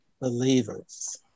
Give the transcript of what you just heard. believers